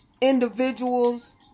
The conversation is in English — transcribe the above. individuals